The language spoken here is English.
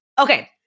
Okay